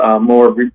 more